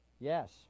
Yes